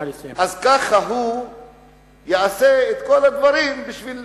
אז ככה הוא יעשה את כל הדברים בשביל,